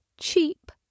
cheap